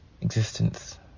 existence